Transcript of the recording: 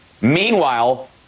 meanwhile